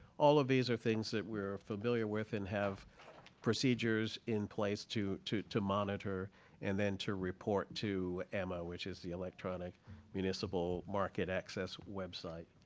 all of these are things that we're familiar with and have procedures in place to to monitor and then to report to emma, which is the electronic municipal market access website.